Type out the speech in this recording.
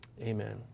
Amen